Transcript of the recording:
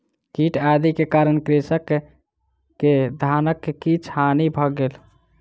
कीट आदि के कारण कृषक के धानक किछ हानि भ गेल